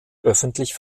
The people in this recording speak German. öffentlich